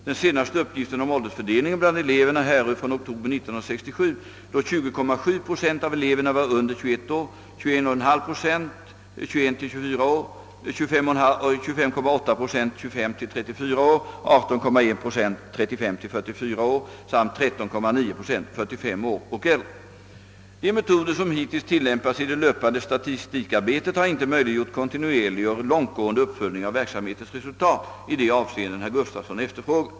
Den senaste uppgiften om åldersfördelningen bland eleverna härrör från oktober 1967, då 20,7 7o av eleverna var under 21 år, 21,5 Jo 21—24 år, 25,8 /o 25—34 år, 18,1 7o 35—44 år samt 13,9 Zo 45 år och äldre. De metoder som hittills tillämpats i det löpande statistikarbetet har inte möjliggjort kontinuerlig och långtgående uppföljning av verksamhetens resultat i de avseenden herr Gustavsson efterfrågat.